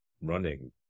running